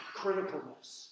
criticalness